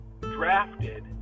drafted